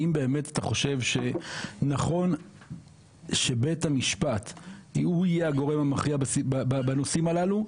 האם אתה חושב שנכון שבית המשפט הוא יהיה הגורם המכריע בנושאים הללו,